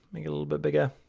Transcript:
make it a little bit bigger.